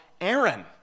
Aaron